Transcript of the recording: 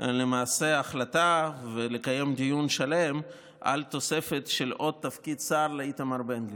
למעשה החלטה ולקיים דיון שלם על תוספת של עוד תפקיד שר לאיתמר בן גביר.